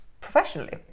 professionally